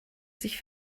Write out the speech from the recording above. sich